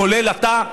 כולל אתה,